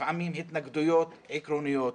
לפעמים התנגדויות עקרוניות,